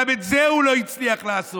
גם את זה הוא לא הצליח לעשות.